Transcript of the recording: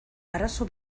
arazo